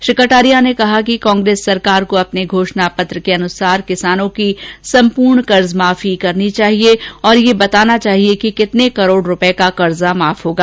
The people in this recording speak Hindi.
श्री कटारिया ने कहा कि कांग्रेस सरकार को अपने घोषणा पत्र के अनुसार किसानों की संपर्ण कर्जमाफी करनी चाहिए और यह बताना चाहिए कि कितने करोड का कर्जा माफ होगा